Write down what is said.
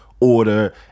order